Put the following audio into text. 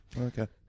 Okay